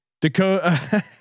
Dakota